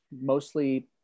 mostly